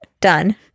Done